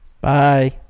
Bye